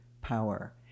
power